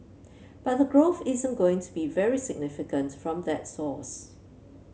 but the growth isn't going to be very significant from that source